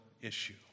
issue